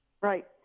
Right